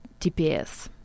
TPS